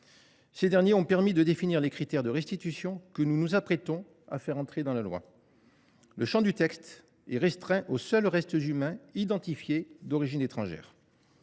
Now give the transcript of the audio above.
Ces derniers ont permis de définir les critères de restitution que nous nous apprêtons à faire entrer dans la loi. Le champ du texte est restreint aux seuls restes humains identifiés d’origine étrangère.